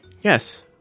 Yes